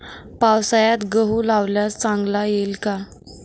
पावसाळ्यात गहू लावल्यास चांगला येईल का?